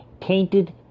tainted